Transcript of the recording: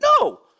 No